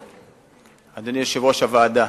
אדוני יושב-ראש הוועדה,